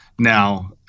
now